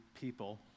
people